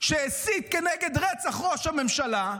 שהסית לרצח ראש הממשלה.